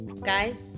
guys